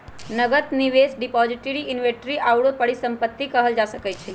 नकद, निवेश, depository, inventory आउरो के परिसंपत्ति कहल जा सकइ छइ